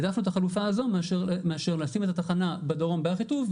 העדפנו את החלופה הזו מאשר לשים את התחנה בדרום באחיטוב,